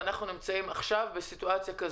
ואנחנו נמצאים עכשיו בסיטואציה הנוכחית.